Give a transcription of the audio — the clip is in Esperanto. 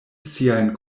siajn